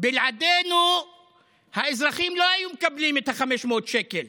בלעדינו האזרחים לא היו מקבלים את ה-500 שקל.